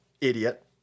Idiot